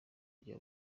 rya